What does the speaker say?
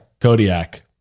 Kodiak